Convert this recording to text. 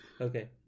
Okay